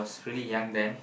I was really young then